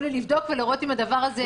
לי לבדוק ולראות אם הדבר הזה הגיוני.